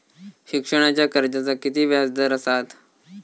शिक्षणाच्या कर्जाचा किती व्याजदर असात?